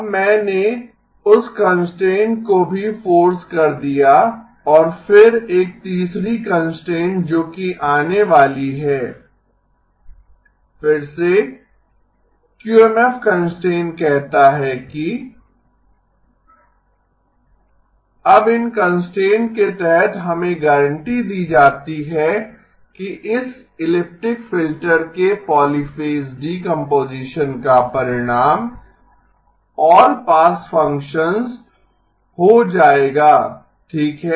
अब मैंने उस कंस्ट्रेंट को भी फोर्स कर दिया और फिर एक तीसरी कंस्ट्रेंट जो कि आने वाली है फिर से क्यूएमएफ कंस्ट्रेंट कहता है कि अब इन कंस्ट्रेंट्स के तहत हमें गारंटी दी जाती है कि इस इलिप्टिक फ़िल्टर के पॉलीफ़ेज़ डीकम्पोजीशन का परिणाम ऑल पास फ़ंक्शंस हो जाएंगा ठीक है